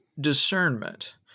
discernment